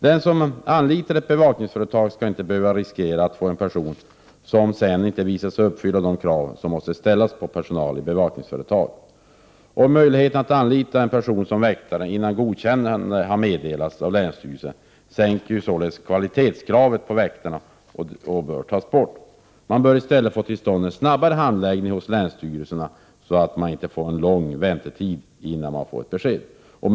Den som anlitar ett bevakningsföretag skall inte behöva riskera att få en person som sedan inte visar sig uppfylla de krav som måste ställas på personal i bevakningsföretag. Möjligheten att anlita en person som väktare innan godkännande har meddelats av länsstyrelsen sänker således kvalitetskravet på väktarna och bör tas bort. Man bör i stället få till stånd en snabbare handläggning hos länsstyrelserna, så att det inte blir en lång väntetid innan besked ges. Herr talman!